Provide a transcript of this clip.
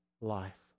life